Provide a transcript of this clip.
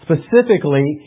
Specifically